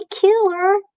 Killer